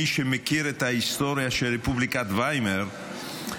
מי שמכיר את ההיסטוריה של רפובליקת ויימאר,